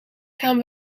gaan